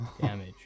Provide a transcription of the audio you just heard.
damage